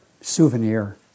souvenir